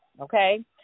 Okay